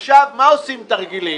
עכשיו, מה עושים תרגילים?